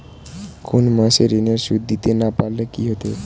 কোন মাস এ ঋণের সুধ দিতে না পারলে কি হবে?